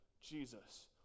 Jesus